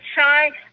shine